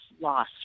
loss